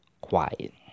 quiet